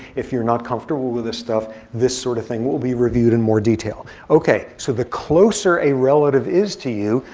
if you're not comfortable with this stuff, this sort of thing will be reviewed in more detail. ok, so the closer a relative is to you,